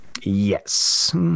Yes